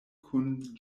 kun